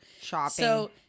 Shopping